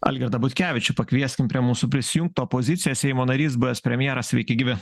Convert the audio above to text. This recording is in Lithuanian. algirdą butkevičių pakvieskim prie mūsų prisijungt opozicija seimo narys buvęs premjeras sveiki gyvi